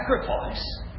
sacrifice